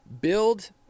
Build